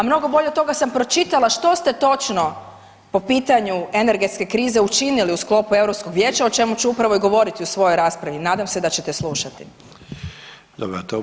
A mnogo bolje od toga sam pročitala što ste točno po pitanju energetske krizi učinili u sklopu Europskog vijeća, o čemu ću upravo i govoriti u svojoj raspravi, nadam se da ćete slušati.